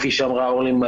כפי שאמרה אורלי,